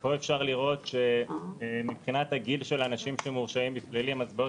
פה אפשר לראות שמבחינת הגיל של האנשים שמורשעים בפלילים אז בעוד